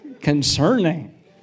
Concerning